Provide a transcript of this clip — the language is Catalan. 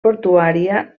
portuària